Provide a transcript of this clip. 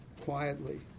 quietly